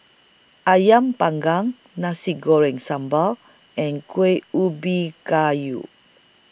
Ayam Panggang Nasi Goreng Sambal and Kueh Ubi Kayu